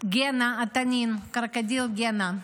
גנה התנין, קרוקודיל גנה.